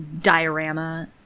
diorama